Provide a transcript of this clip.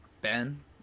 Ben